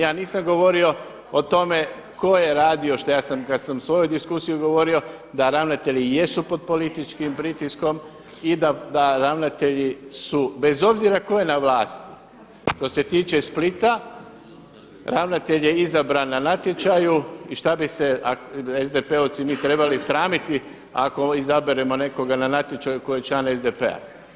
Ja nisam govorio o tome tko je radio, kad sam u svojoj diskusiji govorio da ravnatelji jesu pod političkim pritiskom i da ravnatelji su bez obzira tko je na vlasti što se tiče Splita ravnatelj je izabran na natječaju i šta bi se SDP-ovci mi trebali sramiti ako izaberemo nekoga na natječaju tko je član SDP-a.